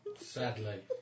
Sadly